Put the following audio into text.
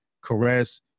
caress